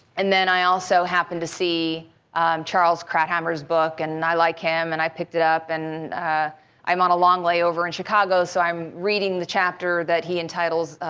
and then i also happened to see charles krauthammer's book and i like him. and i picked it up and i'm on a long layover in chicago so i'm reading the chapter that he entitles,